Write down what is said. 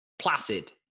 placid